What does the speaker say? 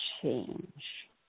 change